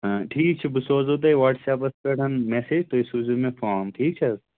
ٹھیٖک چھُ بہٕ سوزَہو تۄہہِ واٹٕس اپَس پٮ۪ٹھ مسیج تُہۍ سوٗزِو مےٚ فارَم ٹھیٖک چھِ حظ